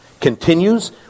Continues